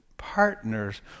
Partners